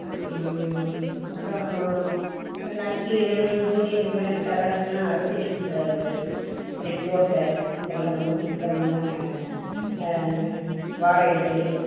அப்புறோம் நக்கீரன் ஜூனியர் விகடன் தராசுன்னு அரசியல் புத்தகங்கள் ரிப்போர்ட்டர் இதெல்லாம் ரொம்ப பிடித்தமான வார இதழ்கள்